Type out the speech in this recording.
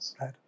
Right